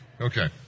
Okay